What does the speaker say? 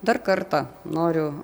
dar kartą noriu